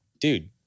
dude